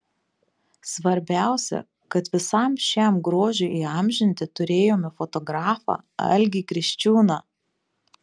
svarbiausia kad visam šiam grožiui įamžinti turėjome fotografą algį kriščiūną